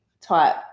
type